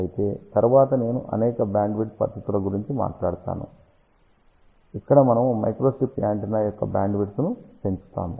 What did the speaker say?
అయితే తరువాత నేను అనేక బ్రాడ్బ్యాండ్ పద్ధతుల గురించి మాట్లాడుతాను ఇక్కడ మనము మైక్రోస్ట్రిప్ యాంటెన్నా యొక్క బ్యాండ్విడ్త్ను పెంచుతాము